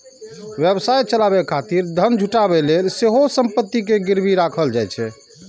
व्यवसाय चलाबै खातिर धन जुटाबै लेल सेहो संपत्ति कें गिरवी राखल जाइ छै